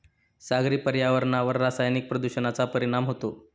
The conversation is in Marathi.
सागरी पर्यावरणावर रासायनिक प्रदूषणाचा परिणाम होतो